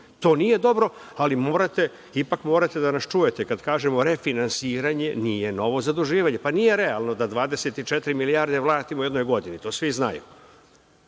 To nije dobro, ali ipak morate da nas čujete, kad kažemo - refinansiranje nije novo zaduživanje. Pa, nije realno da 24 milijarde platimo u jednoj godini, to svi znaju.